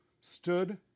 stood